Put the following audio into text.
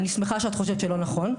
אני שמחה שאת חושבת שזה לא נכון,